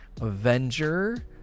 Avenger